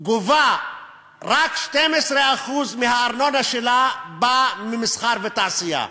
גובה רק 12% מהארנונה שלה ממסחר ותעשייה.